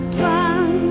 sun